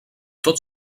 tot